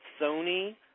Sony